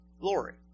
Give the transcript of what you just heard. glory